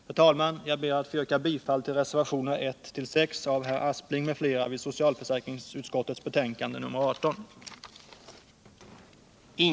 Herr talman! Jag ber att få yrka bifall till reservationerna I — 6 av herr Aspling m.fl. vid socialförsäkringsutskottets betänkande nr 18.